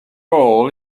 all